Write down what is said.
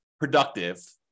productive